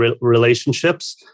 relationships